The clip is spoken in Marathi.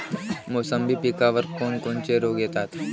मोसंबी पिकावर कोन कोनचे रोग येतात?